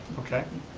okay.